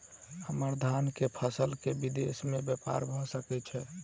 हम्मर धान केँ फसल केँ विदेश मे ब्यपार भऽ सकै छै?